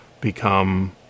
become